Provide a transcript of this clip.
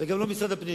וגם לא משרד הפנים